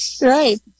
Right